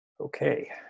Okay